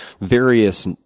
various